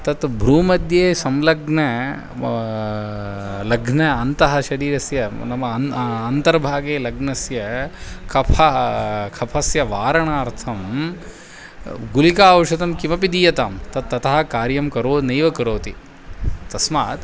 तत् भ्रूमध्ये संलग्न लग्न अन्तः शरीरस्य नाम अन् अन्तर्भागे लग्नस्य कफः कफस्य वारणार्थं गुलिका औषधं किमपि दीयतां तत् तथा कार्यं करो नैव करोति तस्मात्